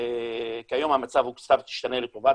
כיום המצב הוא קצת השתנה לטובה,